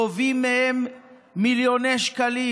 גובים מהם מיליוני שקלים.